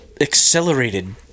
Accelerated